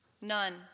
none